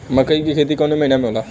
मकई क खेती कवने महीना में होला?